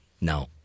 No